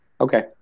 Okay